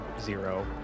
Zero